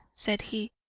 said he.